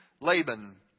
Laban